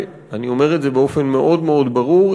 אני אומר את זה באופן מאוד מאוד ברור,